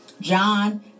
John